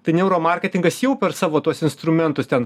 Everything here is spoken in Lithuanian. tai neuro marketingas jau per savo tuos instrumentus ten